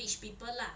rich people lah